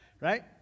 Right